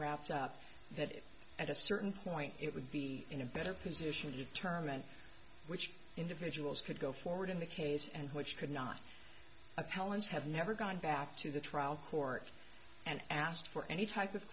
wrapped up that at a certain point it would be in a better position to determine which individuals could go forward in the case and which could not appellants have never gone back to the trial court and asked for any type of